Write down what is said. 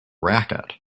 racket